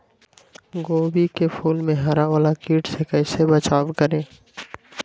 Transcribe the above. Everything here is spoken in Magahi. गोभी के फूल मे हरा वाला कीट से कैसे बचाब करें?